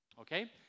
okay